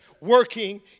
working